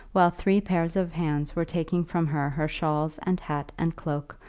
while three pairs of hands were taking from her her shawls and hat and cloak,